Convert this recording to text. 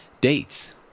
dates